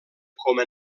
coma